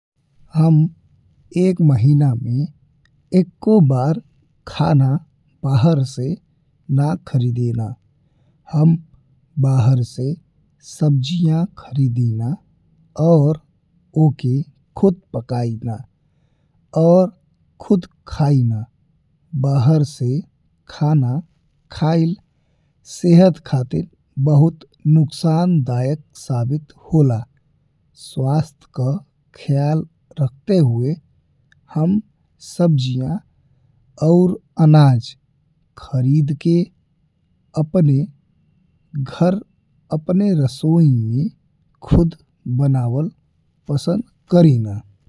हम एक महीना में इक्को बार खाना बाहर से ना खरीदीना, हम बाहर से सब्जियां खरीदीना और वोके खुद पकाइना और खुद खइना बाहर से खाना खइल। सेहत खातिर बहुत नुकसानदायक साबित होला स्वास्थ्य का ख्याल रखते हुए हम सब्जियां और अनाज खरीद के अपने घर अपने रसोई में खुद बनावल पसंद करीना।